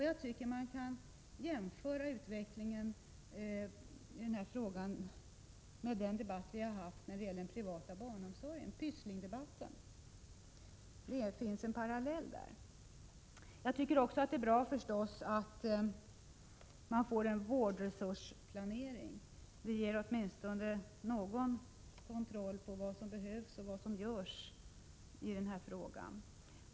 Jag tycker man kan jämföra utvecklingen i detta sammanhang med utvecklingen i fråga om den privata barnomsorgen. Här finns en parallell till Pysslingdebatten. Det är naturligtvis bra att vi får vårdresursplanering. Det ger åtminstone någon kontroll på vad som behövs och vad som görs i denna fråga.